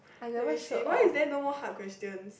let me see why is there no more hard questions